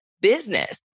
business